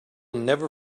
never